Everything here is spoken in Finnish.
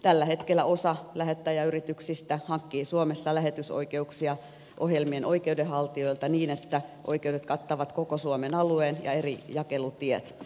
tällä hetkellä osa lähettäjäyrityksistä hankkii suomessa lähetysoikeuksia ohjelmien oikeudenhaltijoilta niin että oikeudet kattavat koko suomen alueen ja eri jakelutiet